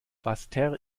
basseterre